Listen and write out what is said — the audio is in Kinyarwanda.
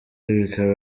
bikaba